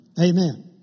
Amen